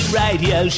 radio